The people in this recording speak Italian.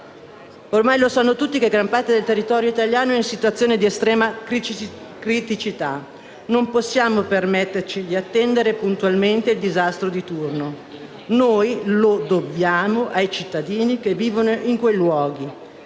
Ormai lo sanno tutti che gran parte del territorio italiano è in situazione di estrema criticità. Non possiamo permetterci di attendere puntualmente il disastro di turno. Lo dobbiamo ai cittadini che vivono in quei luoghi.